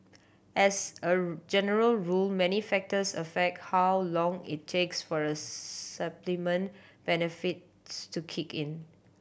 as a general rule many factors affect how long it takes for a supplement benefits to kick in